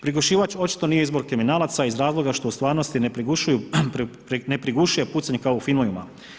Prigušivač očito nije izbor kriminalaca iz razloga što u stvarnosti ne prigušuje pucanje kao u filmovima.